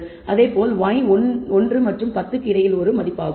அதேபோல் y 1 மற்றும் 10 க்கு இடையில் ஒரு மதிப்பாகும்